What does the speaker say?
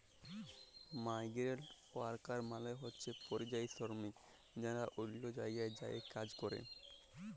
migrant worker মালে হছে পরিযায়ী শরমিক যারা অল্য জায়গায় যাঁয়ে কাজ ক্যরে